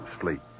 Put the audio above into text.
Sleep